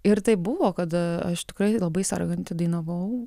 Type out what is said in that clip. ir taip buvo kad a aš tikrai labai serganti dainavau